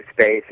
space